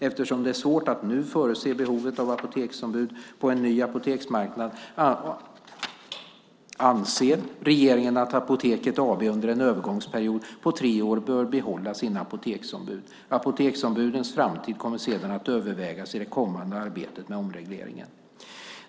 Eftersom det är svårt att nu förutse behovet av apoteksombud på en ny apoteksmarknad anser regeringen att Apoteket AB under en övergångsperiod på tre år bör behålla sina apoteksombud. Apoteksombudens framtid kommer sedan att övervägas i det kommande arbetet med omregleringen.